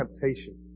Temptation